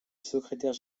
secrétaire